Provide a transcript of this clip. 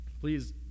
please